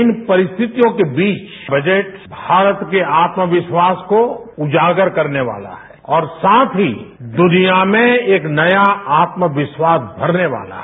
इन परिस्थितियों के बीच आज का बजट भारत के आत्मविश्वास को उजागर करने वाला है और साथ ही दुनिया में एक नया आत्मविश्वास भरने वाला है